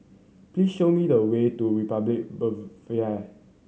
please show me the way to Republic